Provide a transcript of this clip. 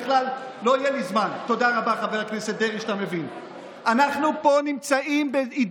באמת, חברת הכנסת שטרית, כמו שאפשרתי לחברת